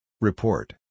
Report